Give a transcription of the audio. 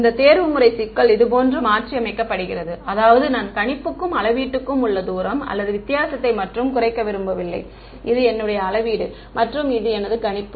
இந்த தேர்வுமுறை சிக்கல் இதுபோன்று மாற்றியமைக்கப்படுகிறது அதாவது நான் கணிப்புக்கும் அளவீட்டுக்கும் உள்ள தூரம் அல்லது வித்தியாசத்தை மட்டும் குறைக்க விரும்பவில்லை இது என்னுடைய அளவீடு மற்றும் இது எனது கணிப்பு